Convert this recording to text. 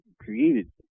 created